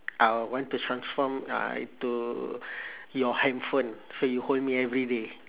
I would want to transform uh into your handphone so you hold me every day